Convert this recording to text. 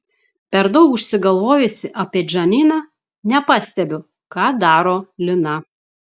per daug užsigalvojusi apie džaniną nepastebiu ką daro lina